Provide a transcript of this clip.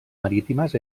marítimes